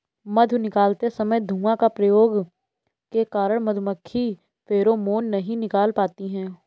मधु निकालते समय धुआं का प्रयोग के कारण मधुमक्खी फेरोमोन नहीं निकाल पाती हैं